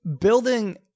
building